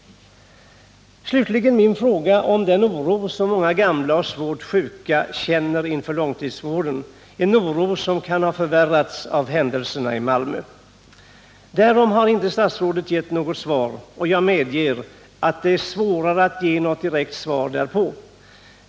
Slutligen: på min fråga hur man kan möta den oro som många gamla och svårt sjuka känner inför långtidssjukvården, en oro som kan ha förvärrats av händelserna i Malmö, har inte statsrådet Lindahl givit något svar. Och jag medger att det är svårare att ge något direkt svar därpå.